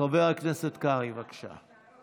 חבר הכנסת קרעי, בבקשה.